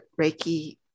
Reiki